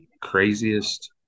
craziest